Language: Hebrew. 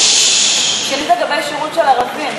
לגבי שירות של ערבים.